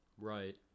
right